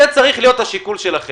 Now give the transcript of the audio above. זה צריך להיות השיקול שלכם,